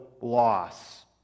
loss